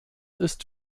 ist